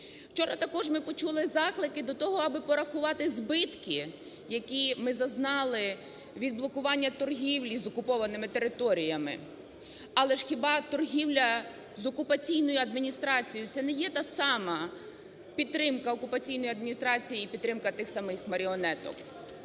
Вчора також ми почули заклики до того, аби порахувати збитки, які ми зазнали від блокування торгівлі з окупованими територіями. Але ж хіба торгівля з окупаційною адміністрацією - це не є та сама підтримка окупаційної адміністрації і підтримка тих самих маріонеток?